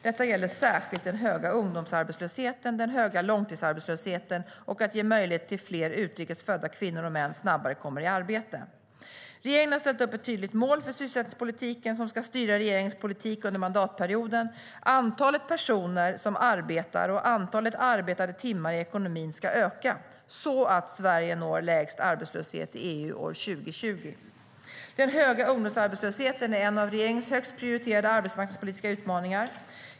Detta gäller särskilt den höga ungdomsarbetslösheten och den höga långtidsarbetslösheten samt frågan om att ge möjlighet till att fler utrikes födda kvinnor och män snabbare kommer i arbete. Regeringen har ställt upp ett tydligt mål för sysselsättningspolitiken som ska styra regeringens politik under mandatperioden: Antalet personer som arbetar och antalet arbetade timmar i ekonomin ska öka så att Sverige når lägst arbetslöshet i EU år 2020.Den höga ungdomsarbetslösheten är en av regeringens högst prioriterade arbetsmarknadspolitiska utmaningar.